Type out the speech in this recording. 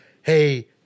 hey